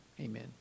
amen